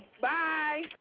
Bye